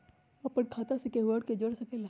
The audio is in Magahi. अपन खाता मे केहु आर के जोड़ सके ला?